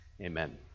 Amen